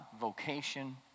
vocation